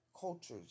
cultures